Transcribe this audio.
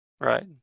Right